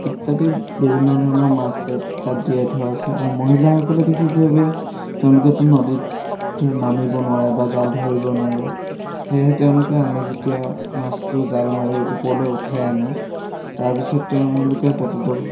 ইত্যাদি বিভিন্ন ধৰণৰ মাছ তাত জীয়াই থোৱা আছে আৰু মহিলাসকলে বিশেষভাৱে তেওঁলোকেটো নদীত নামিব নোৱাৰে বা জাল ধৰিব নোৱাৰে সেয়েহে তেওঁলোকে আমি যেতিয়া মাছটো জাল মাৰি ওপৰলৈ উঠাই আনো তাৰপিছত তেওঁলোকে প্ৰতিটো